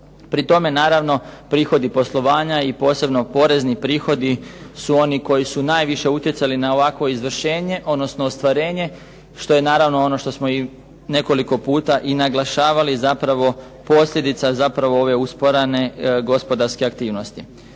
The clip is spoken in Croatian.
Pri tome naravno prihodi poslovanja i posebno porezni prihodi su oni koji su najviše utjecali na ovakvo izvršenje, odnosno ostvarenje, što je naravno ono što smo i nekoliko puta i naglašavali, zapravo posljedica ove usporene gospodarske aktivnosti.